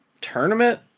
tournament